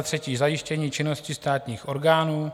3. zajištění činnosti státních orgánů.